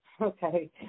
Okay